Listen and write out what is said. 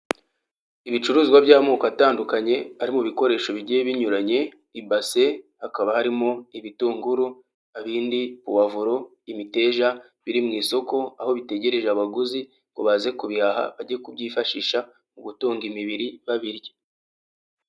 Ibicuruzwa by'amoko atandukanye ari mu bikoresho bigiye binyuranye ibase hakaba harimo ibitunguru, ibindi puwavoro, imiteja biri mu isoko aho bitegereje abaguzi ngo baze kubihaha bajye kubyifashisha mu gutunga imibiri babirya.